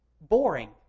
boring